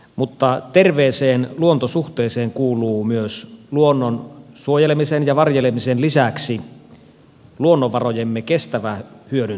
mutta terveeseen luontosuhteeseen kuuluu myös luonnon suojelemisen ja varjelemisen lisäksi luonnonvarojemme kestävä hyödyntäminen